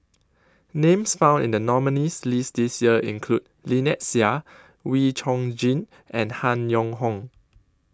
Names found in The nominees' list This Year include Lynnette Seah Wee Chong Jin and Han Yong Hong